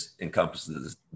encompasses